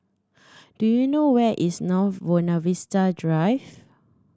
do you know where is North Buona Vista Drive